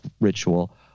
ritual